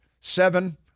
Seven